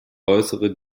äußere